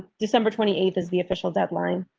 december twenty eight is the official deadline.